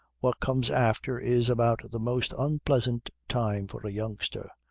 what comes after is about the most unpleasant time for a youngster,